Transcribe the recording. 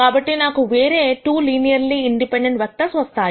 కాబట్టి నాకు వేరే 2 లినియర్లి ఇండిపెండెంట్ వెక్టర్స్ వస్తాయి